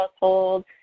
household